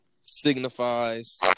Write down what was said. signifies